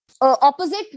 opposite